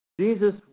Jesus